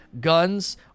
guns